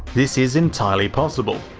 this is entirely possible.